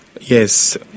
Yes